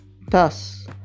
thus